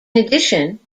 addition